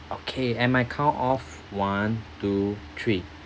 okay and my count of one two three